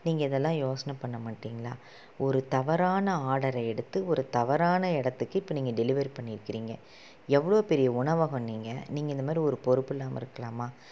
நீங்கள் இதெல்லாம் யோசனை பண்ண மாட்டீங்களா ஒரு தவறான ஆர்டரை எடுத்து ஒரு தவறான இடத்துக்கு இப்போ நீங்கள் டெலிவரி பண்ணிருக்கிறிங்க எவ்வளோ பெரிய உணவகம் நீங்கள் நீங்கள் இந்த மாதிரி ஒரு பொறுப்பில்லாமல் இருக்கலாமா